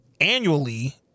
annually –